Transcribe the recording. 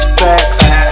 facts